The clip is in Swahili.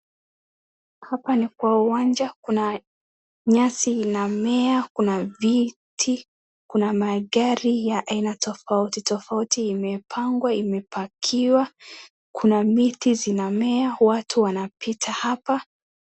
Hapa ni kwa uwanja kuna nyasi inamea kuna viti ,kuna magari aina tofauti tofauti imepangwa imepakiwa .Kuna miti zinamea watu wanapita hapa .